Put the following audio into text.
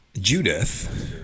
Judith